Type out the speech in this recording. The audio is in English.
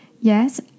yes